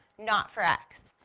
not for x.